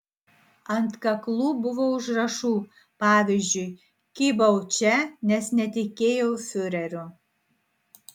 ant kaklų buvo užrašų pavyzdžiui kybau čia nes netikėjau fiureriu